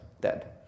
dead